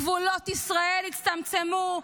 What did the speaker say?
גבולות ישראל הצטמצמו,